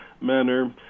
manner